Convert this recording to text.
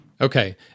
Okay